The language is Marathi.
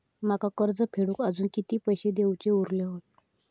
माका कर्ज फेडूक आजुन किती पैशे देऊचे उरले हत?